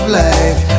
life